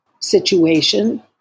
situation